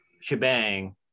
shebang